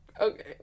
Okay